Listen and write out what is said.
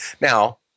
Now